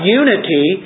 unity